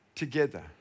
together